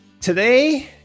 Today